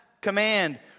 command